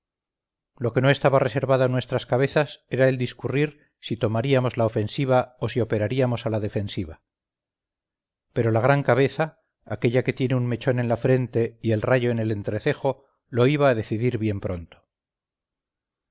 lo que no estaba reservado a nuestras cabezas era el discurrir si tomaríamos la ofensiva o si operaríamos a la defensiva pero la gran cabeza aquella que tiene un mechón en la frente y el rayo en el entrecejo lo iba a decidir bien pronto